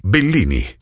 Bellini